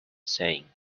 saying